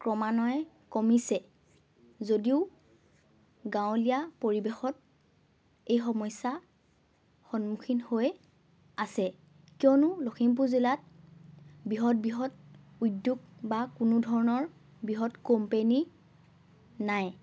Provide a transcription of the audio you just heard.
ক্ৰমান্বয়ে কমিছে যদিও গাঁৱলীয়া পৰিৱেশত এই সমস্যা সন্মুখীন হৈ আছে কিয়নো লখিমপুৰ জিলাত বৃহৎ বৃহৎ উদ্যোগ বা কোনো ধৰণৰ বৃহৎ কোম্পেনী নাই